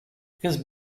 because